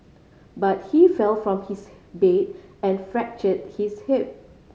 but he fell from his bed and fractured his hip